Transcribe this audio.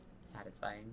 satisfying